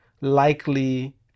likely